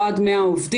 או עד 100 עובדים.